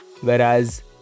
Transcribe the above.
whereas